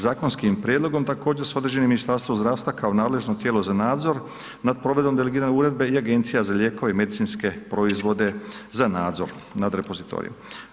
Zakonskim prijedlogom također se određuje Ministarstvo zdravstva kao nadležno tijelo za nadzor nad provedbom delegirane uredbe i Agencija za lijekove i medicinske proizvode za nadzor nad repozitorijem.